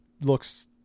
looks